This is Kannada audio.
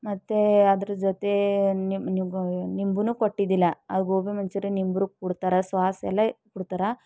ಮತ್ತು ಅದರ ಜೊತೆ ನಿಂಬು ನಿಂಬೂನೂ ಕೊಟ್ಟಿದ್ದಿಲ್ಲ ಆ ಗೋಬಿಮಂಚೂರಿ ನಿಂಬೂ ಕೊಡ್ತಾರೆ ಸಾಸ್ ಎಲ್ಲ ಕೊಡ್ತಾರೆ